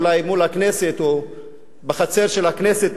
אולי מול הכנסת או בחצר של הכנסת,